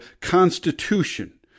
Constitution